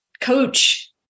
coach